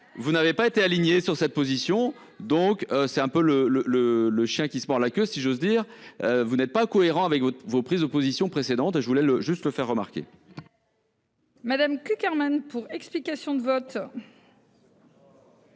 vous n'avez pas été alignée sur cette position. Donc c'est un peu le le le le chien qui se mord la queue, si j'ose dire. Vous n'êtes pas cohérent avec vos, vos prises de positions précédentes et je voulais le juste le faire remarquer.-- Madame Cukierman pour explication de vote.